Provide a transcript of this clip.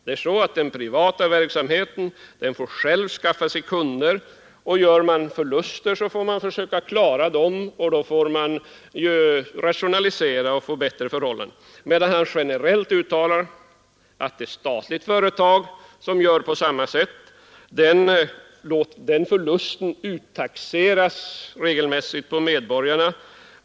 I det privata företaget får man själv skaffa sig kunder, och gör man förluster får man försöka klara dem genom att rationalisera och skapa bättre förhållanden, men om ett statligt företag gör förluster — uttalar herr Fridolfsson generellt — uttaxeras de regelmässigt av medborgarna.